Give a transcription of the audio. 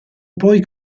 poi